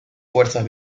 fuerzas